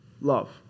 love